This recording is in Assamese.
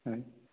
হয়